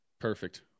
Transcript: Perfect